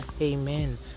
amen